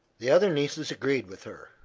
the other nieces agreed with her,